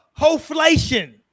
hoflation